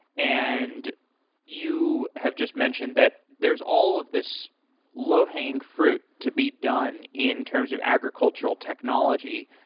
and you have just mentioned that there's all of this low hanging fruit to be done in terms of agricultural technology.